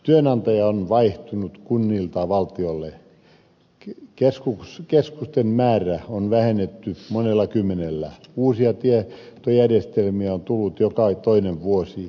työnantaja on vaihtunut kunnilta valtiolle keskusten määrää on vähennetty monella kymmenellä uusia tietojärjestelmiä on tullut joka toinen vuosi